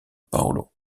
paulo